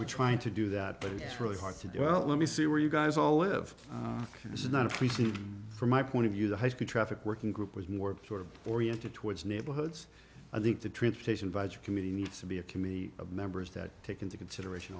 we're trying to do that but it's really hard to do well let me see where you guys all live this is not a p c from my point of view the high speed traffic working group was more sort of oriented towards neighborhoods i think the transportation vij community needs to be a community of members that take into consideration